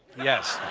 yes.